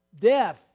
Death